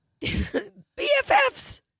BFFs